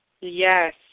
Yes